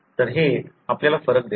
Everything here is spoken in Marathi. तर हे आपल्याला फरक देते